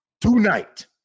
tonight